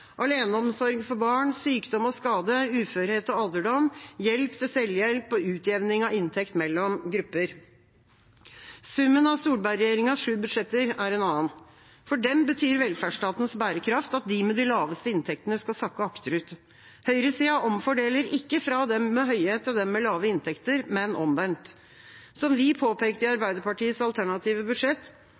aleneomsorg for barn, sykdom og skade, uførhet og alderdom, hjelp til selvhjelp og utjevning av inntekt mellom grupper. Summen av Solberg-regjeringas sju budsjetter er en annen. For dem betyr velferdsstatens bærekraft at de med de laveste inntektene skal sakke akterut. Høyresida omfordeler ikke fra dem med høye til dem med lave inntekter, men omvendt. Som vi påpekte i Arbeiderpartiets alternative budsjett: